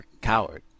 coward